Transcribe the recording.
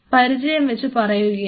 പരിചയം വച്ച് പറയുകയാണ്